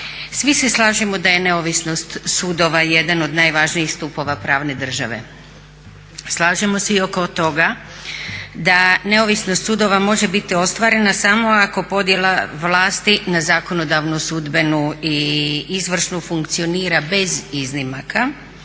Svi se slažemo da je neovisnost sudova jedan od najvažnijih stupova pravne države. Slažemo se i oko toga da neovisnost sudova može biti ostvarena samo ako podjela vlasti na zakonodavnu, sudbenu i izvršnu funkcionira bez iznimaka.